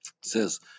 says